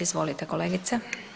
Izvolite kolegice.